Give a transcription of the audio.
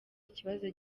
ikibazo